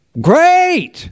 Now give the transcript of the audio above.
Great